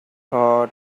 thought